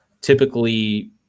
typically